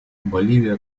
боливия